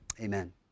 Amen